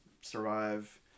survive